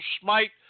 smite